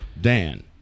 Dan